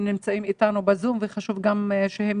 הם נמצאים אתנו בזום וחשוב גם שהם